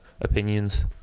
opinions